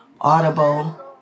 Audible